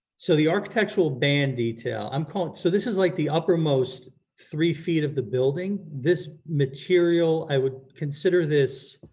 so the architectural ban detail, um kind of so this is like the uppermost three feet of the building, this material i would consider this